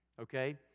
Okay